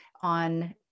on